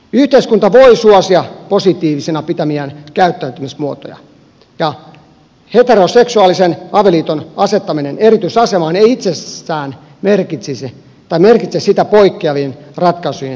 yhteiskunta voi suosia positiivisina pitämiään käyttäytymismuotoja ja heteroseksuaalisen avioliiton asettaminen erityisasemaan ei itsessään merkitse siitä poikkeavien ratkaisujen syrjimistä